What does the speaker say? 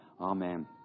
Amen